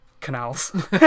canals